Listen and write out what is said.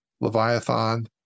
Leviathan